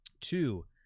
Two